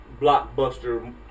blockbuster